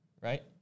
right